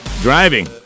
driving